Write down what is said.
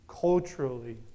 culturally